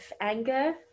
anger